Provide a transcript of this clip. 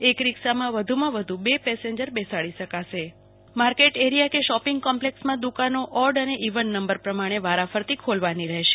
એક રિક્ષામાં વધુમાં વધુ બે પેસેન્જર બેસાડી શકાશે માર્કેટ એરિયા કે શોપિંગ કોમ્પલેક્ષમાં દુકાનો ઓડ અને ઈવન નંબર પ્રમાણે વારાફરથી ખોલવાની રહેશે